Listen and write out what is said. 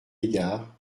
égard